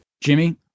Jimmy